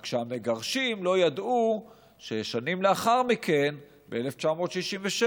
רק שהמגרשים לא ידעו ששנים לאחר מכן, ב-1967,